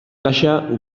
kasa